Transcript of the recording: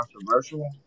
controversial